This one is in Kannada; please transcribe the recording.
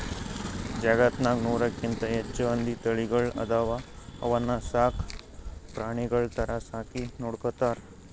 ಜಗತ್ತ್ನಾಗ್ ನೂರಕ್ಕಿಂತ್ ಹೆಚ್ಚ್ ಹಂದಿ ತಳಿಗಳ್ ಅದಾವ ಅವನ್ನ ಸಾಕ್ ಪ್ರಾಣಿಗಳ್ ಥರಾ ಸಾಕಿ ನೋಡ್ಕೊತಾರ್